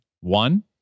one